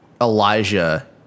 Elijah